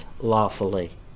lawfully